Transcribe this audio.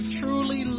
truly